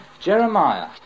Jeremiah